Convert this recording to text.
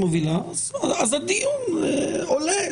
אז הדיון עולה.